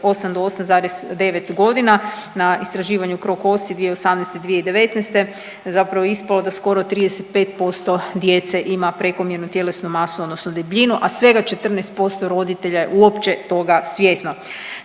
8 do 8,9 godina na istraživanju CroCOSI 2018.-2019. zapravo ispalo da skoro 35% djece ima prekomjernu tjelesnu masu odnosno debljinu, a svega 14% roditelja je uopće toga svjesno.